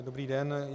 Dobrý den.